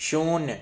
शून्य